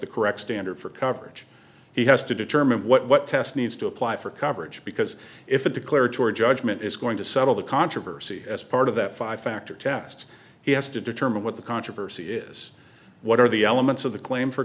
the correct standard for coverage he has to determine what test needs to apply for coverage because if a declaratory judgment is going to settle the controversy as part of that five factor test he has to determine what the controversy is what are the elements of the claim for